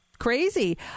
crazy